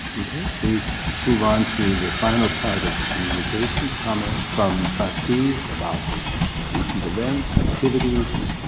okay, we move onto the final part of communications comments from trustees about recent events, activities.